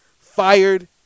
fired